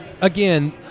again